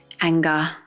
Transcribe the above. anger